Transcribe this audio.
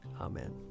Amen